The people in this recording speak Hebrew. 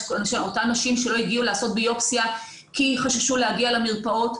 אותן נשים שלא הגיעו לעשות ביופסיה כי חששו להגיע למרפאות,